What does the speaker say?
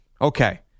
okay